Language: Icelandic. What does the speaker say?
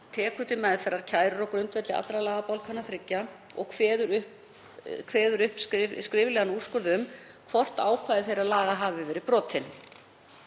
tekur til meðferðar kærur á grundvelli allra lagabálkanna þriggja og kveður upp skriflegan úrskurð um hvort ákvæði þeirra laga hafi verið brotin.